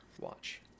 watch